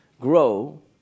grow